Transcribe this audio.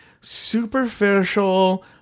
superficial